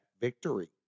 Victory